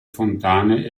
fontane